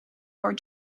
war